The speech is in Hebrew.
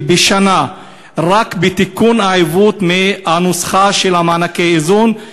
בשנה רק לתיקון העיוות בנוסחה של מענקי האיזון.